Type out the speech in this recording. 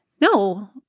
No